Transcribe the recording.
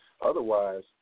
otherwise